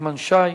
נחמן שי,